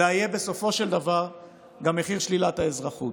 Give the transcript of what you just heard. אלא הוא יהיה בסופו של דבר גם מחיר שלילת האזרחות.